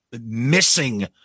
missing